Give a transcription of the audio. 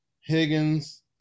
Higgins